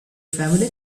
family